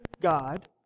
God